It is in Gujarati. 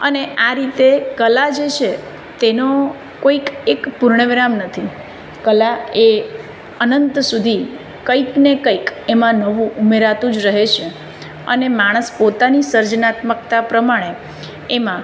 અને આ રીતે કલા જે છે તેનો કોઈક એક પૂર્ણવિરામ નથી કલા એ અનંત સુધી કંઈક ને કંઈક એમાં નવું ઉમેરાતું જ રહે છે અને માણસ પોતાની સર્જનાત્મકતા પ્રમાણે એમાં